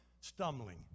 stumbling